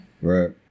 Right